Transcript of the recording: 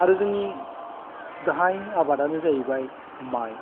आरो जोंनि गाहाय आबादआनो जाहैबाय माइ